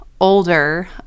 older